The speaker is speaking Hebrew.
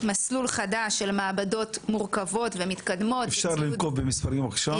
מסלול חדש של מעבדות מורכבות ומתקדמות --- אפשר לנקוב במספרים בבקשה?